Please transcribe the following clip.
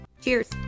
Cheers